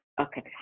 Okay